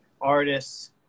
artists